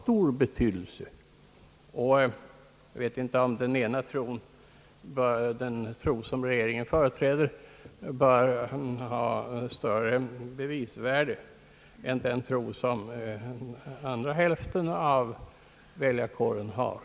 Jag vet inte om den tro som regeringen och dess parti företräder bör ha större bevisvärde än den tro som andra hälften av väljarkåren har.